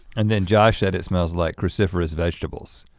and then josh said it smells like cruciferous vegetables.